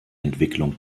entwicklung